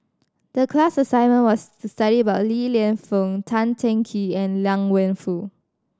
the class assignment was to study about Li Lienfung Tan Teng Kee and Liang Wenfu